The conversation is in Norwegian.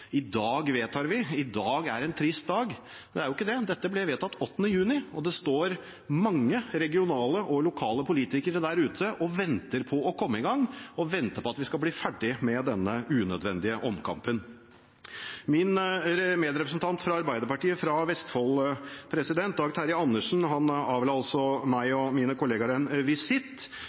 i dag vedtar vi – i dag er det en trist dag. Det er jo ikke det. Dette ble vedtatt 8. juni. Det står mange regionale og lokale politikere der ute og venter på å komme i gang, og man venter på at vi skal bli ferdig med denne unødvendige omkampen. Min medrepresentant fra Arbeiderpartiet fra Vestfold, Dag Terje Andersen, avla meg og mine kollegaer en visitt,